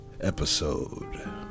episode